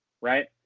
right